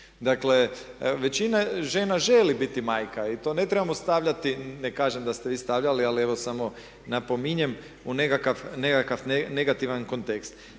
Dakle, većina žena želi biti majka i to ne trebamo stavljati, ne kažem da ste vi stavljali, ali evo samo napominjem u nekakav negativan kontekst.